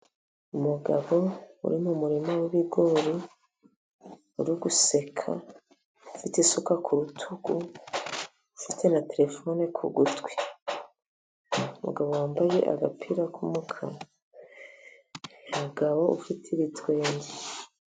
Umugabo uri mu murima w’ibigori, uri guseka, afite isuka ku rutugu, afite na terefone ku gutwi. Umugabo wambaye agapira k’umukara, umugabo ufite ibitwenge.